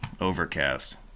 overcast